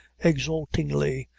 exultingly,